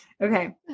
Okay